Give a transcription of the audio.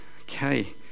okay